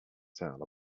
tell